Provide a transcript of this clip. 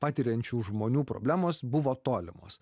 patiriančių žmonių problemos buvo tolimos